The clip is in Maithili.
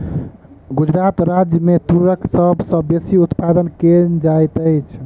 गुजरात राज्य मे तूरक सभ सॅ बेसी उत्पादन कयल जाइत अछि